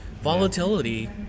Volatility